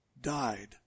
died